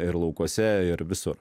ir laukuose ir visur